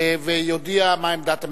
ויודיע מה עמדת הממשלה.